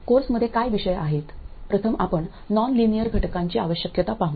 कोर्समध्ये काय विषय आहेत प्रथम आपण नॉन लिनियर घटकांची आवश्यकता पाहू